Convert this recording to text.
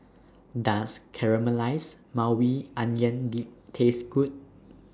Does Caramelized Maui Onion Dip Taste Good